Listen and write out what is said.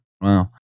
Wow